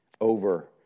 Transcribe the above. over